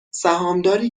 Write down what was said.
سهامداری